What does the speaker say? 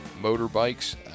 motorbikes